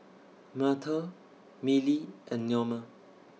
Myrtle Millie and Neoma